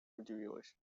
удивилась